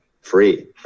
free